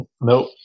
Nope